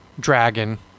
Dragon